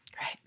Right